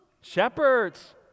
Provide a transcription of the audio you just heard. Shepherds